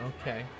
okay